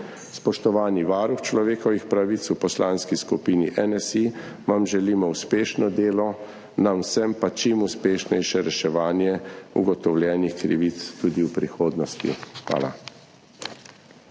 Spoštovani varuh človekovih pravic, v Poslanski skupini NSi vam želimo uspešno delo, nam vsem pa čim uspešnejše reševanje ugotovljenih krivic tudi v prihodnosti. Hvala.